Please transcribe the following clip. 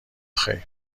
خیر